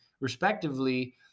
respectively